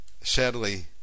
Sadly